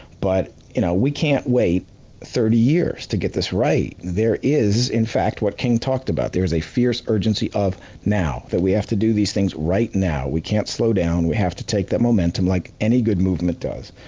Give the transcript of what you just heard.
but, you know, we can't wait thirty years to get this right. there is, in fact, what king talked about. there is a fierce urgency of now, that we have to do these things right now. we can't slow down, we have to take the momentum like any good movement does,